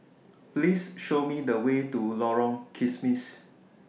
Please Show Me The Way to Lorong Kismis